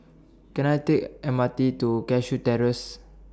Can I Take M R T to Cashew Terrace